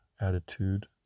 attitude